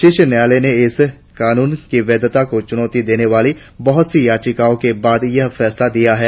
शीर्ष न्यायालय ने इस कानून की वैधता को चुनौती देने वाली बहुत सी याचिकाओं के बाद यह फैसला दिया था